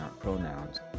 pronouns